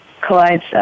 collides